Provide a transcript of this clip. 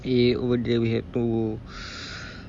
eh over there we had to